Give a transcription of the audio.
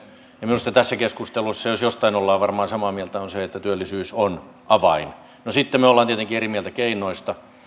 ja minusta tässä keskustelussa jos jostain ollaan varmaan samaa mieltä niin siitä että työllisyys on avain no sitten me olemme tietenkin eri mieltä keinoista